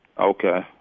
Okay